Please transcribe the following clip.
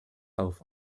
auf